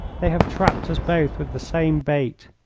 they have trapped us both with the same bait.